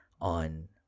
on